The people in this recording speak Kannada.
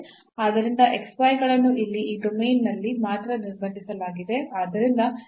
ಆದ್ದರಿಂದ ಗಳನ್ನು ಇಲ್ಲಿ ಈ ಡೊಮೇನ್ನಲ್ಲಿ ಮಾತ್ರ ನಿರ್ಬಂಧಿಸಲಾಗಿದೆ